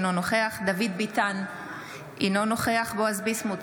אינו נוכח בועז ביסמוט,